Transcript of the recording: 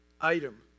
item